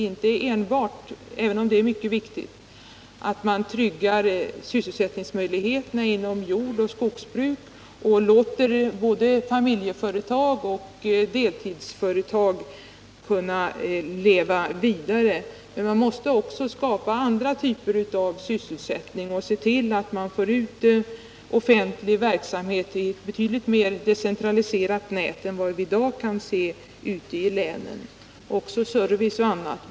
Det är visserligen mycket viktigt att man tryggar sysselsättningsmöjligheterna inom jordbruk och skogsbruk och låter familjeföretag och deltidsföretag leva vidare. Men man måste också skapa andra typer av sysselsättning. Man måste föra ut den offentliga verksamheten i ett betydligt mer decentraliserat nät än vad vi i dag kan se ute i länen. Man bör också sprida service och annat.